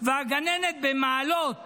והגננת במעלות